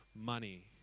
money